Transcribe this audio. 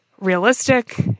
realistic